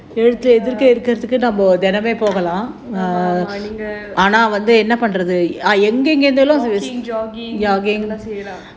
ஆமா நீங்க:aamaa neenga walking jogging எல்லா செயலாம்:ellaa seiyalaam